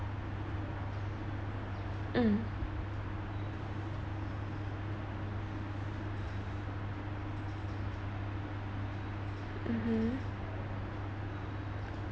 mm mmhmm